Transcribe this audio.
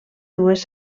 dues